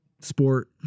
sport